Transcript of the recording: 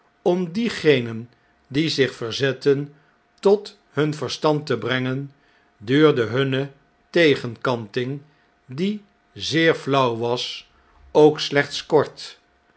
om diegenen die zich verzetten tot hun verstand te brengen duurde hunne tegenkanting die zeer flauw was ook slechts kort